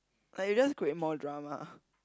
like you just create more drama